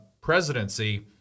presidency